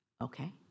okay